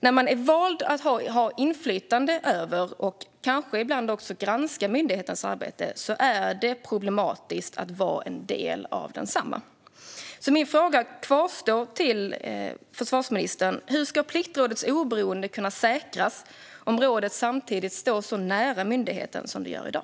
När man är vald att ha inflytande över och ibland granska myndighetens arbete är det problematiskt att vara en del av densamma, och min fråga till försvarsministern kvarstår: Hur ska Pliktrådets oberoende kunna säkras om rådet samtidigt står så nära myndigheten som det gör i dag?